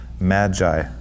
Magi